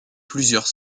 plusieurs